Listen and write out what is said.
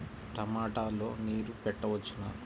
టమాట లో నీరు పెట్టవచ్చునా?